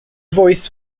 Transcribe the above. voice